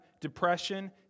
depression